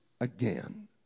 again